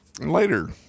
Later